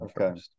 Okay